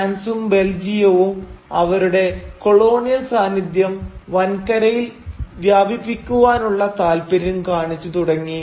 ഫ്രാൻസും ബെൽജിയവും അവരുടെ കൊളോണിയൽ സാന്നിധ്യം വൻകരയിൽ വ്യാപിപ്പിക്കുവാനുള്ള താല്പര്യം കാണിച്ചു തുടങ്ങി